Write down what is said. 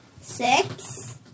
Six